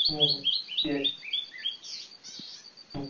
হুম হুম ঠিক আছে হুম